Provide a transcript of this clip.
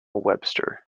webster